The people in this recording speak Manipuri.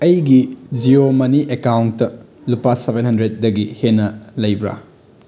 ꯑꯩꯒꯤ ꯖꯤꯑꯣ ꯃꯅꯤ ꯑꯦꯛꯀꯥꯎꯟꯇ ꯂꯨꯄꯥ ꯁꯕꯦꯟ ꯍꯟꯗ꯭ꯔꯦꯠꯇꯒꯤ ꯍꯦꯟꯅ ꯂꯩꯕ꯭ꯔꯥ